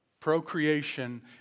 Procreation